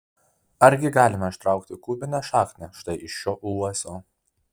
argi galima ištraukti kubinę šaknį štai iš šio uosio